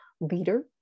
leader